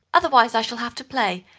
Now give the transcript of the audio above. otherwise i shall have to play,